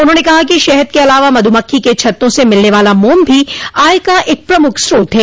उन्होंने कहा कि शहद के अलावा मधुमक्खी के छत्तों से मिलने वाला मोम भी आय का एक प्रमुख स्रोत है